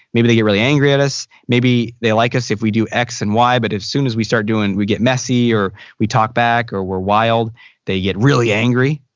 maybe they get really angry at us. maybe they like us if we do x and y but as soon as we start doing we get messy or we talk back or we're wild they get really angry.